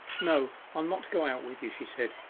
no, i'll not go out with you she said,